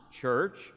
church